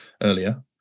earlier